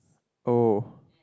oh